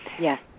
Yes